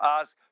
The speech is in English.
ask